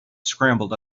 scrambled